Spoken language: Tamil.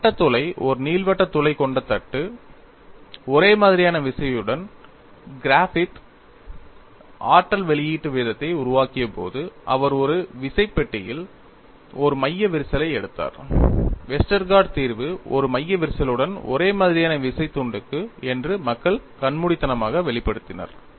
ஒரு வட்டத் துளை ஒரு நீள்வட்ட துளை கொண்ட தட்டு ஒரே மாதிரியான விசையுடன் கிரிஃபித் ஆற்றல் வெளியீட்டு வீதத்தை உருவாக்கியபோது அவர் ஒரு விசைப் பட்டியில் ஒரு மைய விரிசலை எடுத்தார் வெஸ்டர்கார்ட் தீர்வு ஒரு மைய விரிசலுடன் ஒரே மாதிரியான விசை துண்டுக்கு என்று மக்கள் கண்மூடித்தனமாக வெளிப்படுத்தினர்